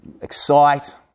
Excite